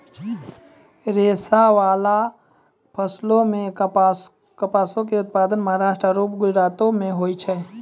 रेशाबाला फसलो मे कपासो के उत्पादन महाराष्ट्र आरु गुजरातो मे होय छै